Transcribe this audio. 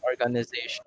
organization